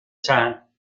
tân